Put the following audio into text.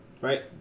right